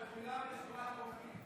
אתה מחויב לשבועת הרופאים.